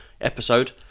episode